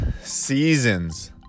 seasons